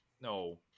no